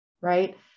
right